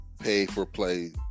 pay-for-play